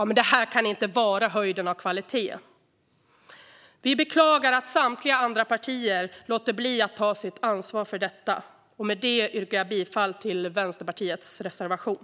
Det här kan inte vara höjden av kvalitet. Vi beklagar att samtliga andra partier låter bli att ta sitt ansvar för detta. Med det yrkar jag bifall till Vänsterpartiets reservation.